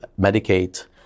medicate